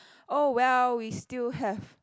oh well we still have